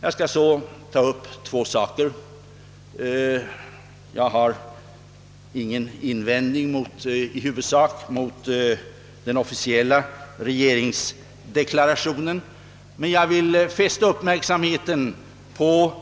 Jag har i huvudsak ingen invändning mot den officiella regeringsdeklarationen, men jag vill här fästa uppmärksamheten på